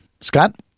Scott